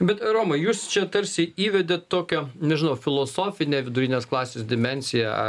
bet romai jūs čia tarsi įvedėt tokio nežinau filosofinę vidurinės klasės dimensiją